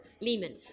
Lehman